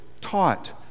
taught